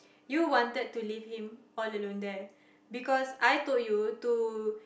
you wanted to leave him all alone there because I told you to